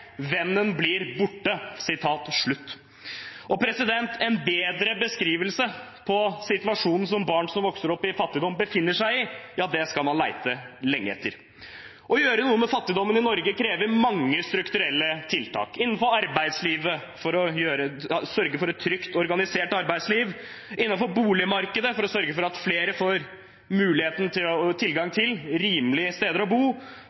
Vennen blir borte.» En bedre beskrivelse av situasjonen barn som vokser opp i fattigdom, befinner seg i, skal man lete lenge etter. Å gjøre noe med fattigdommen i Norge krever mange strukturelle tiltak: innenfor arbeidslivet, for å sørge for et trygt organisert arbeidsliv innenfor boligmarkedet, for å sørge for at flere får tilgang til rimelige steder å bo innenfor skole og med inkludering Men ett tiltak som er enkelt og svært målrettet, er å